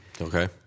Okay